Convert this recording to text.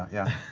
yeah.